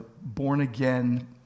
born-again